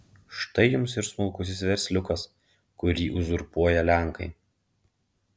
štai jums ir smulkusis versliukas kurį uzurpuoja lenkai